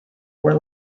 were